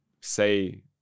say